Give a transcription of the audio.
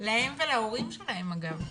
להם ולהורים שלהם אגב,